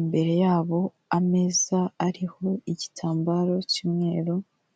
imbere yabo ameza ariho igitambaro cy'umweru.